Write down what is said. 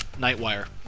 Nightwire